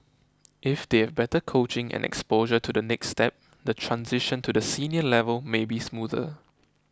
if they a better coaching and exposure to the next step the transition to the senior level may be smoother